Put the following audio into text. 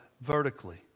vertically